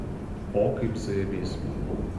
o kaip zajabys